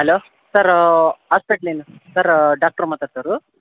hello sir ಆಸ್ಪೆಟ್ಲಿನ sir doctor ಮಾತಾಡ್ತಿರೋದು